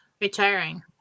Retiring